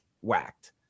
whacked